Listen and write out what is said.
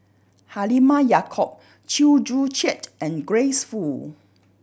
Halimah Yacob Chew Joo Chiat and Grace Fu